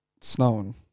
snowing